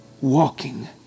walking